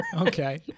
Okay